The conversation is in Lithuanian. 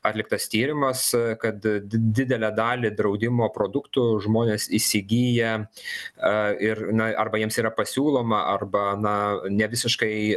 atliktas tyrimas kad didelę dalį draudimo produktų žmonės įsigyja ir na arba jiems yra pasiūloma arba na nevisiškai